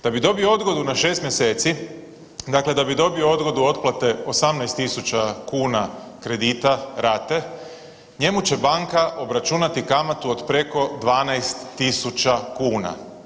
Da bi dobio odgodu na 6 mjeseci, dakle da bi dobio odgodu otplate 18.000 kuna kredita rate, njemu će banka obračunati kamatu od preko 12.000 kuna.